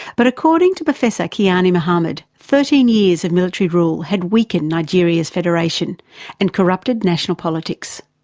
but according to professor kyari mohammed, thirteen years of military rule had weakened nigeria's federation and corrupted national politics.